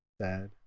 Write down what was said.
Sad